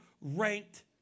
ranked